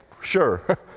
Sure